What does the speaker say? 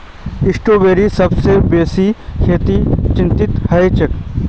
स्ट्रॉबेरीर सबस बेसी खेती चीनत ह छेक